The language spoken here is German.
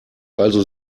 also